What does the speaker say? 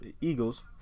Eagles